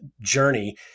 journey